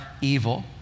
evil